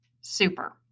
Super